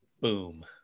Boom